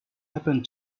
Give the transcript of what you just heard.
happened